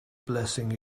blessing